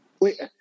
wait